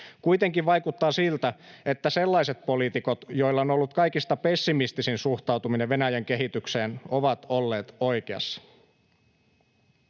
Kuitenkin vaikuttaa siltä, että sellaiset poliitikot, joilla on ollut kaikista pessimistisin suhtautuminen Venäjän kehitykseen, ovat olleet oikeassa.